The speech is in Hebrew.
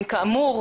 כאמור,